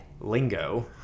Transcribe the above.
Lingo